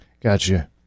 Gotcha